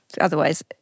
otherwise